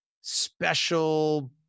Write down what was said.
Special